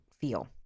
feel